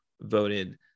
voted